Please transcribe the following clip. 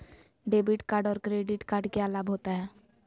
Debit card और credit card क्या लाभ होता है?